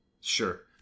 Sure